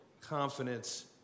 confidence